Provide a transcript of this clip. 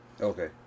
Okay